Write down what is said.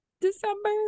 December